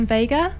Vega